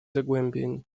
zagłębień